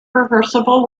reversible